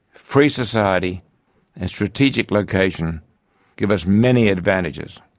free society and strategic location give us many advantages.